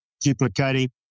duplicating